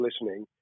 listening